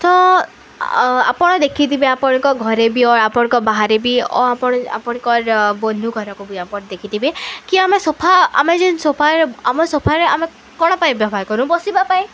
ତ ଆ ଆପଣ ଦେଖିଥିବେ ଆପଣଙ୍କ ଘରେ ବି ଓ ଆପଣଙ୍କ ବାହାରେ ବି ଓ ଆପଣ ଆପଣଙ୍କ ବନ୍ଧୁ ଘରକୁ ବି ଆପଣ ଦେଖିଥିବେ କି ଆମେ ସୋଫା ଆମେ ଯେଉଁ ସୋଫାରେ ଆମର୍ ସୋଫାରେ ଆମେ କ'ଣ ପାଇଁ ବ୍ୟବହାର କରୁ ବସିବା ପାଇଁ